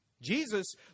Jesus